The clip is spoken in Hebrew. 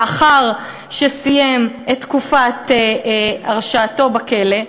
לאחר שסיים את תקופת הרשעתו בכלא,